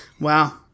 Wow